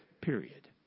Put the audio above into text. Period